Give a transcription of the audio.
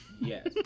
yes